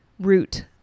root